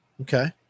Okay